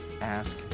Ask